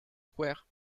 square